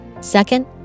Second